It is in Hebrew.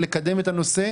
השנה,